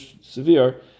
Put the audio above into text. severe